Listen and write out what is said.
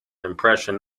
impression